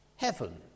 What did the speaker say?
Heaven